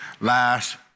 last